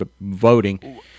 voting